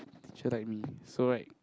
teacher like me so right